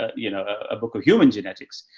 ah you know, a book of human genetics,